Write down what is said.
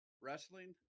Wrestling